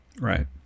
Right